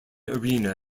arena